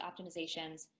optimizations